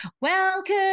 welcome